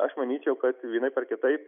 aš manyčiau kad vienaip ar kitaip